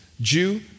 Jew